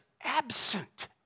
absent